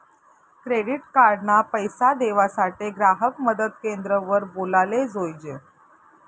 credit card ना पैसा देवासाठे ग्राहक मदत क्रेंद्र वर बोलाले जोयजे